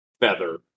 Feather